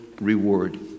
reward